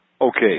Okay